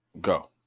Go